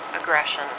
aggression